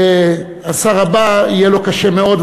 שהשר הבא יהיה לו קשה מאוד,